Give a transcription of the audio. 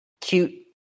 cute